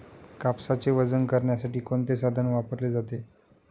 कापसाचे वजन करण्यासाठी कोणते साधन वापरले जाते?